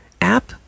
app